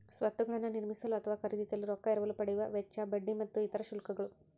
ಸ್ವತ್ತುಗಳನ್ನ ನಿರ್ಮಿಸಲು ಅಥವಾ ಖರೇದಿಸಲು ರೊಕ್ಕಾ ಎರವಲು ಪಡೆಯುವ ವೆಚ್ಚ, ಬಡ್ಡಿ ಮತ್ತು ಇತರ ಗಳಿಗೆ ಶುಲ್ಕಗಳು